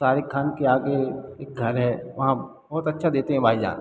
सारिक खान के आगे एक घर है वहाँ बहुत अच्छा देते हैं भाई जान